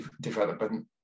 development